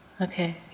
Okay